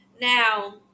Now